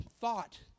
thought